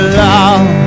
love